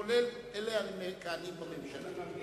כולל אלה המכהנים בממשלה.